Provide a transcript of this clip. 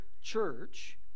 church